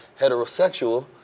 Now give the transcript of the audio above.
heterosexual